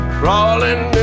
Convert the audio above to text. crawling